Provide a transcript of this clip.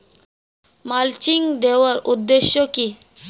Mulching দেওয়ার উদ্দেশ্য কি?